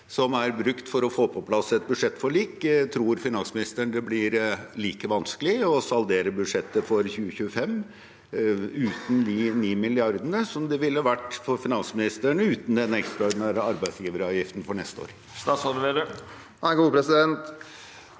som er brukt for å få på plass et budsjettforlik. Tror finansministeren det blir like vanskelig å saldere budsjettet for 2025 uten de 9 mrd. kr, som det ville vært for finansministeren uten denne ekstraordinære arbeidsgiveravgiften for neste år?